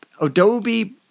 Adobe